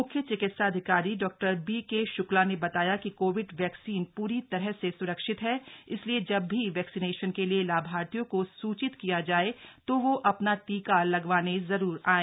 मुख्य चिकित्सा अधिकारी डॉ बीके श्क्ला ने बताया कि कोविड वैकेसीन पूरी तरह से सुरक्षित है इसलिए जब भी वैक्सीनेशन के लिए लाभार्थियों को सूचित किया जाए तो वो अपना टीका लगवाने जरूरी आयें